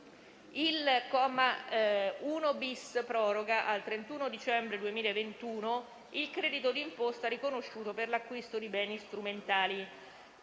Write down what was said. Il comma 1-*bis* proroga al 31 dicembre 2021 il credito d'imposta riconosciuto per l'acquisto di beni strumentali